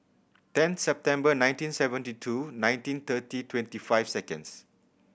ten September nineteen seventy two nineteen thirty twenty five seconds